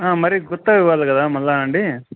మరీ గుర్త్త ఇవ్వాలి కదా మళ్ళా అండి